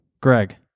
Greg